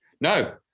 No